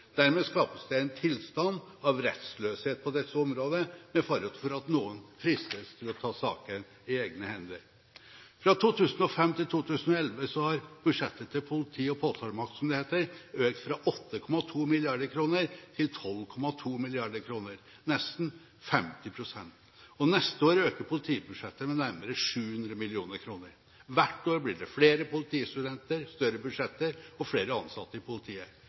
Dermed skapes det en tilstand av rettsløshet på dette området, med fare for at noen fristes til å ta saken i egne hender. Fra 2005 til 2011 har budsjettet til politi- og påtalemakt, som det heter, økt fra 8,2 mrd. kr til 12,2 mrd. kr, nesten 50 pst. Neste år øker politibudsjettet med nærmere 700 mill. kr. Hvert år blir det flere politistudenter, større budsjetter og flere ansatte i politiet.